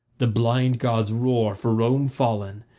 the blind gods roar for rome fallen,